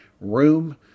room